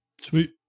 Sweet